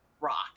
rock